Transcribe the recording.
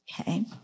Okay